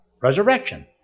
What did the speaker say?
resurrection